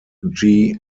three